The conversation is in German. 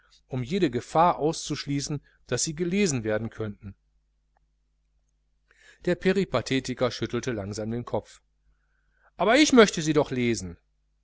um jede gefahr auszuschließen daß sie gelesen werden könnten der peripathetiker schüttelte langsam den kopf aber ich möchte sie doch lesen